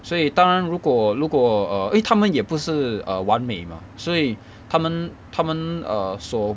所以当然如果如果 err eh 他们也不是完美 mah 所以他们他们 err 所